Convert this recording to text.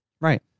Right